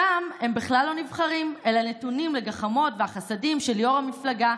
שם הם בכלל לא נבחרים אלא נתונים לגחמות וחסדים של יו"ר המפלגה.